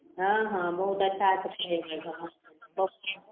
हँ हँ बहुत अच्छासे पढ़ेबै बहुत